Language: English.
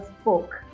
spoke